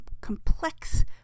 complex